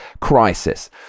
crisis